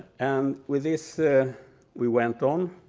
and with this ah we went on